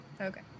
Okay